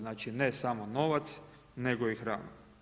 Znači, ne samo novac, nego i hranu.